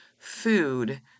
food